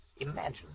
Imagine